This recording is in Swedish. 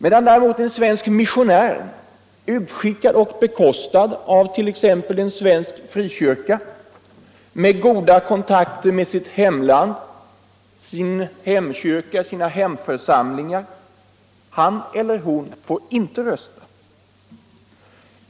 En svensk missionär däremot, utskickad och bekostad av t.ex. en svensk frikyrka, med goda kontakter med sitt hemland, sin hemkyrka, sina hemförsamlingar, får inte rösta.